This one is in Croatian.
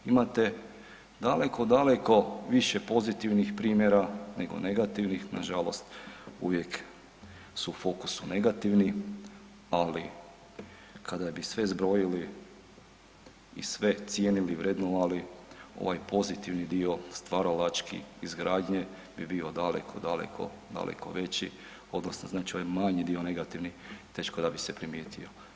Imate daleko, daleko više pozitivnih primjera nego negativnih, nažalost uvijek su u fokusu negativni, ali kada bi sve zbrojili i sve cijenili vrednovali ovaj pozitivni dio, stvaralački, izgradnje bi bio daleko, daleko, daleko veći odnosno znači ovaj manji dio negativnih teško da bi se primijetio.